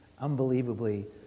unbelievably